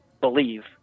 believe